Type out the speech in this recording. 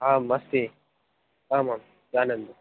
आम् अस्ति आमां जानामि